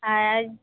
আর